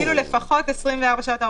לפחות 24 שעות,